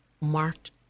marked